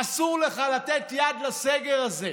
אסור לך לתת יד לסגר הזה.